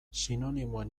sinonimoen